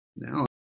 Now